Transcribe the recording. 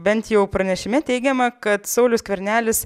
bent jau pranešime teigiama kad saulius skvernelis